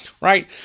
right